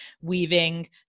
weaving